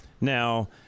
Now